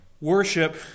worship